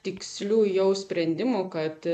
tikslių jau sprendimų kad